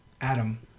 Adam